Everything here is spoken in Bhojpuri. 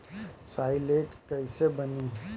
साईलेज कईसे बनी?